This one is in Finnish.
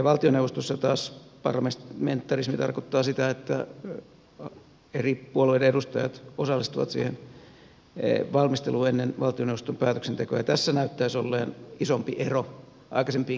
valtioneuvostossa taas parlamentarismi tarkoittaa sitä että eri puolueiden edustajat osallistuvat siihen valmisteluun ennen valtioneuvoston päätöksentekoa ja tässä näyttäisi olleen isompi ero aikaisempiin kierroksiin verrattuna